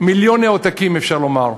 במיליוני עותקים, אפשר לומר,